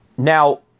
Now